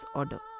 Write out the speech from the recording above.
order